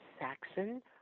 Saxon